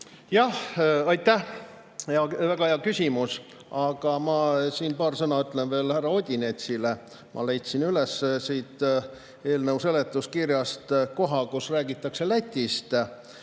Aitäh, väga hea küsimus! Aga ma paar sõna ütlen veel härra Odinetsile. Ma leidsin üles eelnõu seletuskirjast koha, kus räägitakse Lätist.